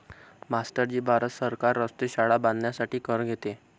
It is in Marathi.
मास्टर जी भारत सरकार रस्ते, शाळा बांधण्यासाठी कर घेते